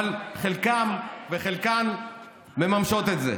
חלקן מממשות את זה,